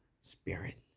spirit